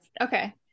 Okay